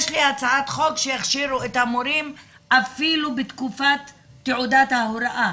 יש לי הצעת חוק שיכשירו את המורים אפילו בתקופת תעודת ההוראה,